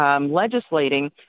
legislating